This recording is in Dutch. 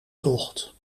tocht